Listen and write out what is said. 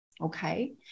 okay